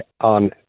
on